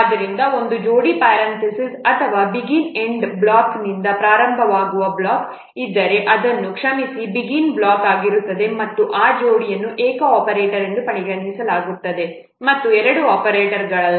ಆದ್ದರಿಂದ ಒಂದು ಜೋಡಿ ಪ್ಯಾರಂಥೆಸಿಸ್ ಅಥವಾ ಬಿಗಿನ್ ಎಂಡ್ ಬ್ಲಾಕ್ನಿಂದ ಪ್ರಾರಂಭವಾಗುವ ಬ್ಲಾಕ್ ಇದ್ದರೆ ಅದು ಕ್ಷಮಿಸಿ ಬಿಗಿನ್ ಬ್ಲಾಕ್ ಆಗಿರುತ್ತದೆ ಮತ್ತು ಆ ಜೋಡಿಯನ್ನು ವಿಭಿನ್ನ ಎರಡು ಆಪರೇಟರ್ಗಳಲ್ಲ ಒಂದೇ ಆಪರೇಟರ್ಗಳಾಗಿ ಪರಿಗಣಿಸಲಾಗುತ್ತದೆ